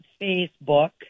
Facebook